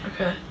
Okay